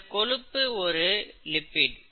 இந்தக் கொழுப்பு ஒரு லிபிட்